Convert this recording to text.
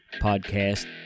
Podcast